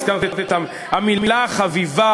הזכרת את המילה החביבה